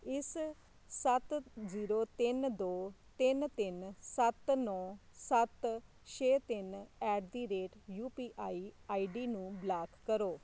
ਇਸ ਸੱਤ ਜ਼ੀਰੋ ਤਿੰਨ ਦੋ ਤਿੰਨ ਤਿੰਨ ਸੱਤ ਨੌ ਸੱਤ ਛੇ ਤਿੰਨ at the rate U P I I D ਨੂੰ ਬਲਾਕ ਕਰੋ